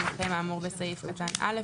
או מתקיים האמור בסעיף קטן (א),